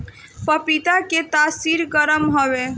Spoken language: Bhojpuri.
पपीता के तासीर गरम हवे